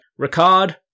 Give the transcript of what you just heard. Ricard